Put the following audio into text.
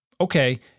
okay